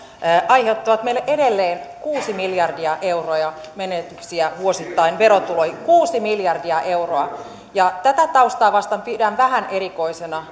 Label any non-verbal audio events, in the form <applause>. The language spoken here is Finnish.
aiheuttavat meille edelleen kuusi miljardia euroa menetyksiä vuosittain verotuloihin kuusi miljardia euroa tätä taustaa vasten pidän vähän erikoisena <unintelligible>